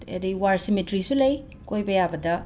ꯑꯗꯒꯤ ꯋꯥꯔ ꯁꯤꯃꯤꯇ꯭ꯔꯤꯁꯨ ꯂꯩ ꯀꯣꯏꯕ ꯌꯥꯕꯗ